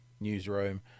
newsroom